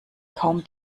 kaum